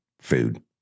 food